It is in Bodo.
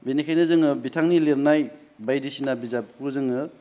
बेनिखायनो जोङो बिथांनि लिरनाय बायदिसिना बिजाबखौ जोङो